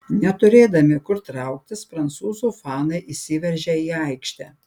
neturėdami kur trauktis prancūzų fanai išsiveržė į aikštę